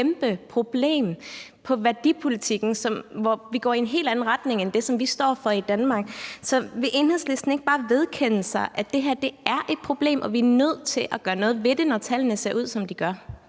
der er et kæmpe problem på det værdipolitiske område, hvor vi går i en helt anden retning end det, som vi står for i Danmark. Så vil Enhedslisten ikke bare vedkende sig, at det her er et problem, og at vi er nødt til at gøre noget ved det, når tallene ser ud, som de gør?